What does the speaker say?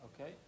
Okay